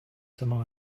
some